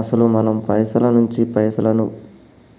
అసలు మనం పైసల నుంచి పైసలను